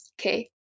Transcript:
Okay